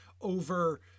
over